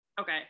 Okay